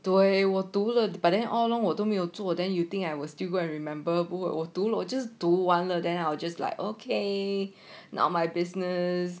对我读了 but then all along 我都没有做 then you think I will still go and remember 不会我读咯就读完了 then I'll just like okay not my business